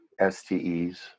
STEs